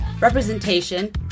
representation